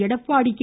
Edappadi K